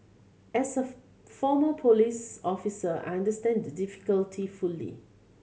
as a former police officer I understand the difficulty fully